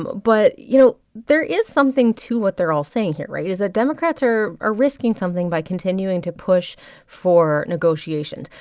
but, you know, there is something to what they're all saying here right? is that democrats are are risking something by continuing to push for negotiations.